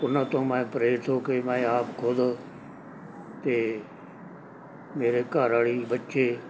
ਉਹਨਾਂ ਤੋਂ ਮੈਂ ਪ੍ਰੇਰਿਤ ਹੋ ਕੇ ਮੈਂ ਆਪ ਖੁਦ ਅਤੇ ਮੇਰੇ ਘਰ ਵਾਲੀ ਬੱਚੇ